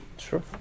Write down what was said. Sure